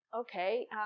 Okay